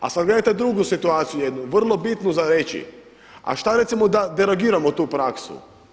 A sada gledajte drugu situaciju jednu, vrlo bitnu za reći, a šta recimo da derogiramo tu praksu?